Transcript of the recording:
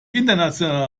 internationale